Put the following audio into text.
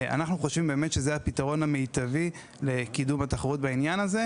אנחנו חושבים שזהו הפתרון המיטבי לקידום התחרות בעניין הזה.